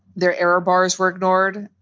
their error bars were ignored.